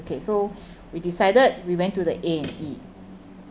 okay so we decided we went to the A and E